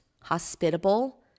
hospitable